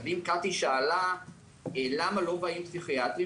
אז אם קטי שאלה למה לא באים פסיכיאטרים